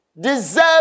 deserve